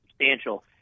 substantial